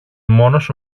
μόνος